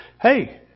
hey